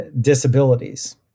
disabilities